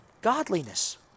Godliness